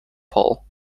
paul